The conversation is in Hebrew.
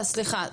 סליחה.